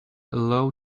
low